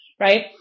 Right